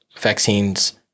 Vaccines